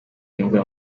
imvura